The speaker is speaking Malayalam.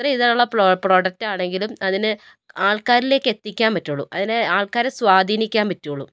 എത്ര ഇതുള്ള പ്രൊ പ്രൊഡക്റ്റാണെങ്കിലും അതിനെ ആൾക്കാരിലേക്ക് എത്തിക്കാൻ പറ്റുള്ളൂ അതിന് ആൾക്കാരെ സ്വാധീനിക്കാൻ പറ്റുള്ളൂ